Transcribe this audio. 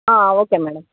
okay madam